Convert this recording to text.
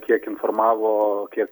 kiek informavo kie